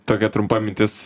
tokia trumpa mintis